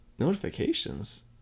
notifications